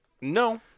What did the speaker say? No